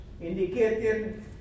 indicating